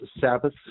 Sabbath